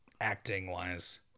acting-wise